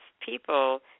people